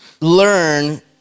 learn